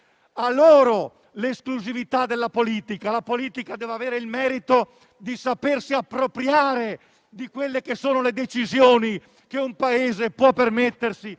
a loro l'esclusività della politica? La politica deve avere il merito di sapersi appropriare delle decisioni che un Paese e un sistema